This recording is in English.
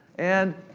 and,